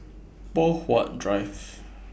Poh Huat Drive